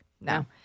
No